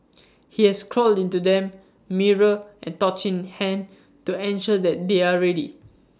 he has crawled into them mirror and torch in hand to ensure that they are ready